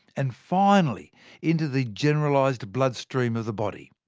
and finally into the generalised bloodstream of the body.